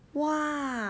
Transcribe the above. !wah!